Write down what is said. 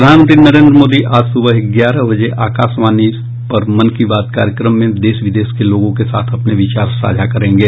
प्रधानमंत्री नरेन्द्र मोदी आज सुबह ग्यारह बजे आकाशवाणी पर मन की बात कार्यक्रम में देश विदेश के लोगों के साथ अपने विचार साझा करेंगे